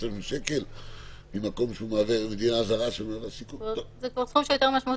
5,000 שקל --- זה כבר סכום שהוא יותר משמעותי,